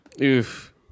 Oof